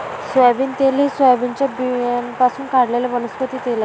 soybean तेल हे सोयाबीनच्या बियाण्यांपासून काढलेले वनस्पती तेल आहे